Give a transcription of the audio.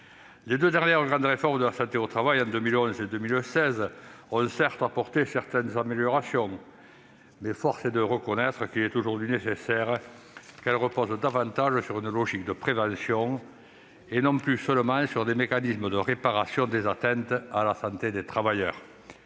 Les deux dernières grandes réformes de la santé au travail, menées en 2011 et en 2016, ont certes apporté certaines améliorations, mais force est de reconnaître qu'il est aujourd'hui nécessaire de faire davantage reposer la santé au travail sur une logique de prévention et non plus seulement sur des mécanismes de réparation des atteintes à la santé des travailleurs.